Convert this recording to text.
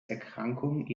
erkrankung